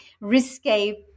risque